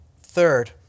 Third